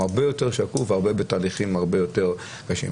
הם הרבה יותר שקופים, בתהליכים הרבה יותר קשים.